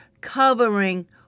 covering